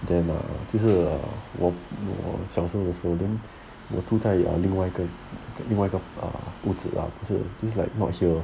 then err 就是 err 我我小的时候 then 我住在另外一个屋子 lah 就是 like it's not here